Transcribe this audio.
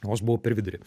o aš buvau per vidurį